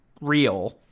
real